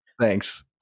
Thanks